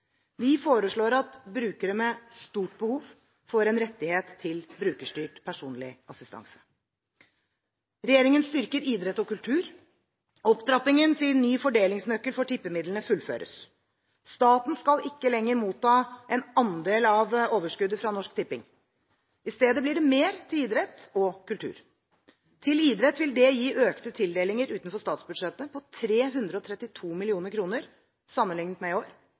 Vi foreslår at brukere med stort behov får en rettighet til brukerstyrt personlig assistanse. Regjeringen styrker idrett og kultur. Opptrappingen til ny fordelingsnøkkel for tippemidlene fullføres. Staten skal ikke lenger motta en andel av overskuddet fra Norsk Tipping. I stedet blir det mer til idrett og kultur. Til idrett vil dette gi økte tildelinger utenfor statsbudsjettet på 332 mill. kr sammenlignet med i år,